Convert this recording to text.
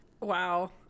Wow